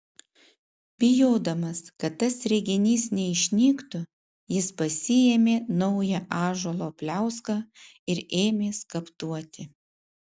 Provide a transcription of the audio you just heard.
bijodamas kad tas reginys neišnyktų jis pasiėmė naują ąžuolo pliauską ir ėmė skaptuoti